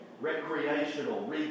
Recreational